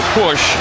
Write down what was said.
push